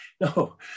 no